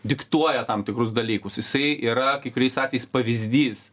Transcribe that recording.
diktuoja tam tikrus dalykus jisai yra kai kuriais atvejais pavyzdys